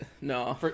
No